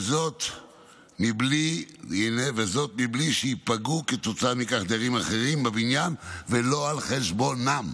וזאת בלי שייפגעו כתוצאה מכך דיירים אחרים בבניין ולא על חשבונם.